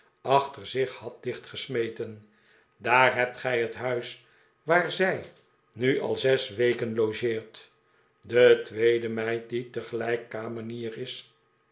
achter zich had dichtgesmeten daar hebt gij het huis waar zij nu al zes weken logeert de tweede meid die tegelijk kamenier is